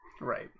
Right